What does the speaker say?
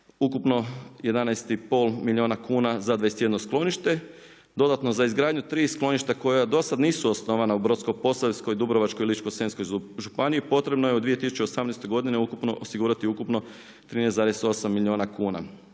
ukupno 11,5 milijuna kuna za 21 sklonište, dodatno za izgradnju tri skloništa koja do sada nisu osnovana u Brodsko-posavskoj, Dubrovačkoj i Ličko-senjskoj županiji potrebno je u 2018. godini osigurati ukupno 13,8 milijuna kuna.